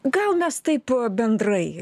gal mes taip pat bendrai